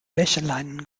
wäscheleinen